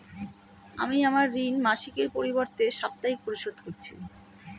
আমি আমার ঋণ মাসিকের পরিবর্তে সাপ্তাহিক পরিশোধ করছি